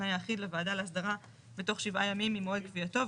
התנאי האחיד לוועדה להסדרה בתוך שבעה ימים ממועד קביעתו.